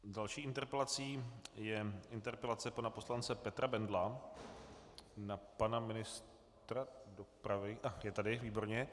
Další interpelací je interpelace pana poslance Petra Bendla na pana ministra dopravy je tady, výborně.